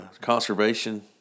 conservation